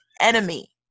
enemy